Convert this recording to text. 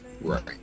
Right